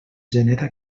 genera